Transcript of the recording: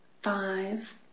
Five